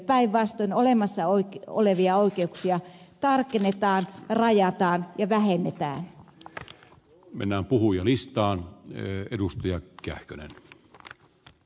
päinvastoin olemassa olevia oikeuksia tarkennetaan rajataan ja vähin pitää mennä puhujalistaan he edustivat kähkönen vähennetään